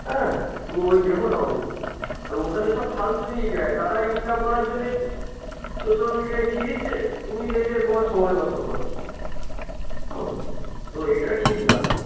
হ্যাঁ তুমি ওই দেখো না বাবু আর ওখানে সব ফালতু দেয় তারা ইনকাম করার জন্যে সোশাল মিডিয়ায় দিয়ে দিচ্ছে তুমি দেখে তোমার সময় নষ্ট করছো হুম তো এটা ঠিক না